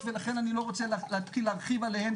ולכן אני לא רוצה להתחיל להרחיב עליהן,